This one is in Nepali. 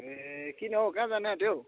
ए किन हौ कहाँ जानु आँट्यो हौ